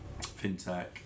fintech